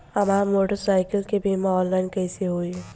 हमार मोटर साईकीलके बीमा ऑनलाइन कैसे होई?